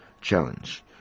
challenge